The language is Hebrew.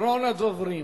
אחרון הדוברים.